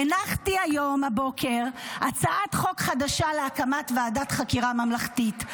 הנחתי היום בבוקר הצעת חוק חדשה להקמת ועדת חקירה ממלכתית,